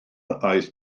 aeth